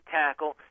tackle